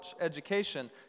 education